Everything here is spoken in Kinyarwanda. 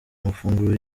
amafunguro